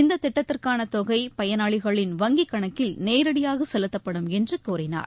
இந்த திட்டத்திற்கான தொகை பயனாளிகளின் வங்கிக்கணக்கில் நேரடியாக செலுத்தப்படும் என்று கூறினார்